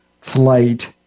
flight